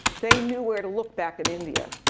they knew where to look back in india.